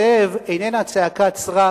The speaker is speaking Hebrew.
זאב" אינה צעקת סרק.